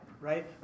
Right